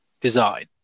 design